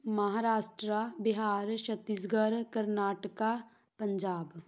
Maharashtra Bihar Chhattisgarh Karnataka Punjab